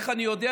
איך אני יודע?